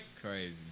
Crazy